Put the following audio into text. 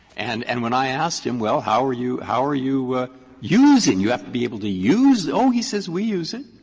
and and when i asked him, well, how are you how are you using you have to be able to use, oh, he says, we use it.